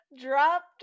dropped